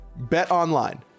BETONLINE